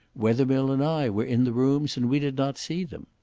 wethermill and i were in the rooms and we did not see them.